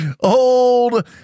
old